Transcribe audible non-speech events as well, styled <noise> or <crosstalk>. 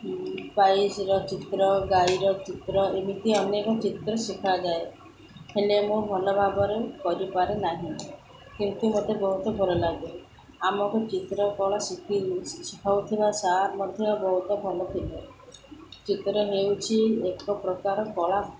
<unintelligible> ଚିତ୍ର ଗାଈର ଚିତ୍ର ଏମିତି ଅନେକ ଚିତ୍ର ଶିଖାଯାଏ ହେଲେ ମୁଁ ଭଲ ଭାବରେ କରିପାରେ ନାହିଁ କିନ୍ତୁ ମୋତେ ବହୁତ ଭଲ ଲାଗେ ଆମକୁ ଚିତ୍ର କଳା ଶିଖାଉଥିବା ସାର୍ ମଧ୍ୟ ବହୁତ ଭଲ ଥିଲେ ଚିତ୍ର ହେଉଛି ଏକ ପ୍ରକାର କଳା